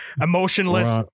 emotionless